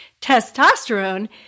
testosterone